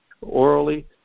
orally